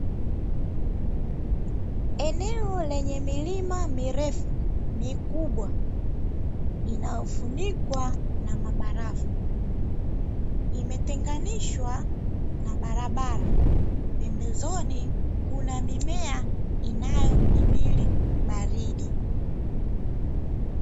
Eneo lenye milima mirefu mikubwa linalofunikwa na mabarafu limetenganishwa na barabara pembezoni kuna mimea inayohimili baridi.